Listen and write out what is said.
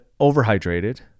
overhydrated